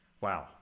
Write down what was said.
wow